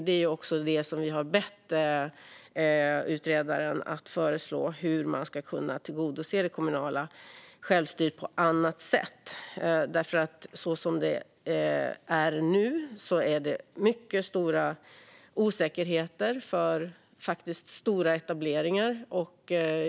Det är också detta vi har bett utredaren att föreslå - hur man ska kunna tillgodose det kommunala självstyret på annat sätt. Så som det är nu råder faktiskt mycket stor osäkerhet för stora etableringar.